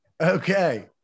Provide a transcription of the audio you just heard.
Okay